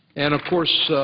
and, of course,